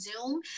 Zoom